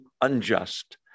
unjust